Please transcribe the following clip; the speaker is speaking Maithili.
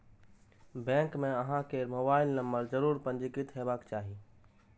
बैंक मे अहां केर मोबाइल नंबर जरूर पंजीकृत हेबाक चाही